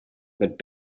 but